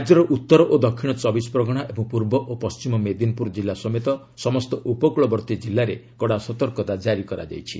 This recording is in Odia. ରାଜ୍ୟର ଉତ୍ତର ଓ ଦକ୍ଷିଣ ଚବିଶପ୍ରଗଣା ଏବଂ ପୂର୍ବ ଓ ପଶ୍ଚିମ ମେଦିନପୁର ଜିଲ୍ଲା ସମେତ ସମସ୍ତ ଉପକୂଳବର୍ତ୍ତୀ ଜିଲ୍ଲାରେ କଡ଼ା ସତର୍କତା ଜାରି କରାଯାଇଛି